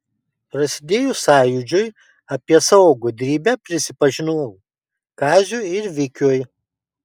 prasidėjus sąjūdžiui apie savo gudrybę prisipažinau kaziui ir vikiui